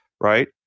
right